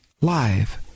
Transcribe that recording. live